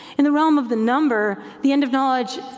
in the realm of the number, the end of knowledge,